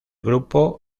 grupo